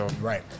right